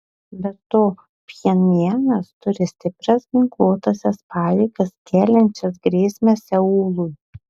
be to pchenjanas turi stiprias ginkluotąsias pajėgas keliančias grėsmę seului